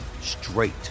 straight